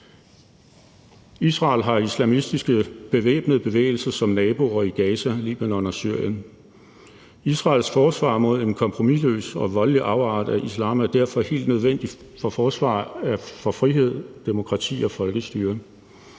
Israel har islamistiske bevæbnede bevægelser som naboer i Gaza, Libanon og Syrien. Israels forsvar mod en kompromisløs og voldelig afart af islam er derfor helt nødvendigt for forsvar af frihed, demokrati og folkestyre.